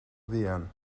fuan